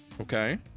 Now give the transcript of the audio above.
Okay